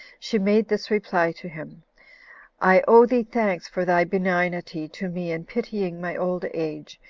she made this reply to him i owe thee thanks for thy benignity to me in pitying my old age,